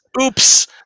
oops